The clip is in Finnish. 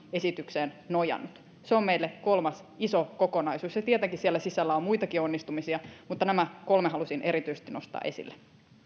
esitykseen nojannut se on meille kolmas iso kokonaisuus ja tietenkin siellä sisällä on muitakin onnistumisia mutta nämä kolme halusin erityisesti nostaa esille